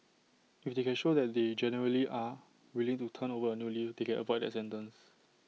if they can show that they genuinely are willing to turn over A new leaf they can avoid that sentence